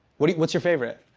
what do you what's your favorite?